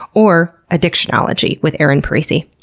or addictionology with erin parisi.